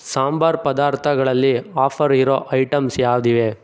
ಸಾಂಬಾರ್ ಪದಾರ್ಥಗಳಲ್ಲಿ ಆಫರ್ ಇರೊ ಐಟಮ್ಸ್ ಯಾವಿವೆ